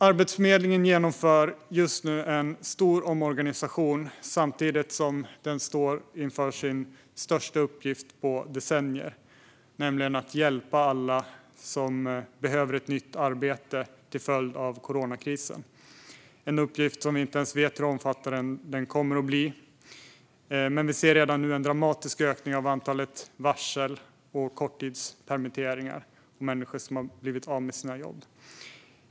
Arbetsförmedlingen genomför just nu en stor omorganisation samtidigt som den står inför sin största uppgift på decennier, nämligen att hjälpa alla som behöver ett nytt arbete till följd av coronakrisen. Vi vet inte hur omfattande denna uppgift kommer att bli, men vi ser redan nu en dramatisk ökning av antalet varsel och korttidspermitteringar och av antalet människor som har blivit av med sina jobb.